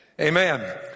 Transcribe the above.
Amen